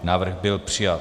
Návrh byl přijat.